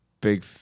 Big